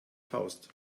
faust